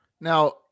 Now